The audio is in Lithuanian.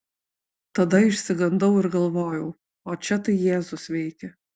tada išsigandau ir galvojau o čia tai jėzus veikia